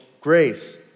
grace